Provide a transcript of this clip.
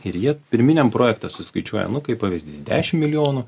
ir jie pirminiam projekte suskaičiuoja nu kaip pavyzdys dešimt milijonų